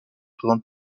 présente